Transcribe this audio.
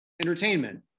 entertainment